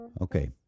Okay